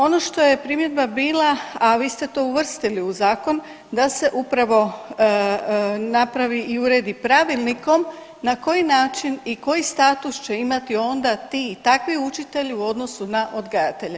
Ono što je primjedba bila, a vi ste to uvrstili u zakon, da se upravo napravi i uredi pravilnikom na koji način i koji status će imati onda ti takvi učitelji u odnosu na odgajatelje.